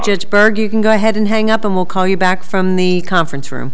burton you can go ahead and hang up and we'll call you back from the conference room